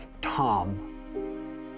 Tom